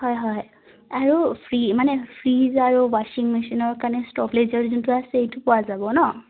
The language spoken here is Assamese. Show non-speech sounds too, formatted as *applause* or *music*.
হয় হয় আৰু ফ্ৰীজ মানে ফ্ৰীজ আৰু ৱাশ্বিং মেচিনৰ কাৰণে *unintelligible* যোনটো আছে সেইটো পোৱা যাব ন